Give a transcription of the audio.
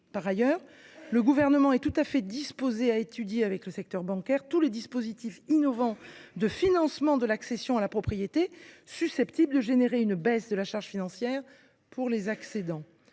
Par ailleurs, le Gouvernement est tout à fait disposé à étudier avec le secteur bancaire tous les dispositifs innovants de financement de l’accession à la propriété susceptibles de provoquer une baisse de la charge financière pour les accédants